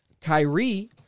Kyrie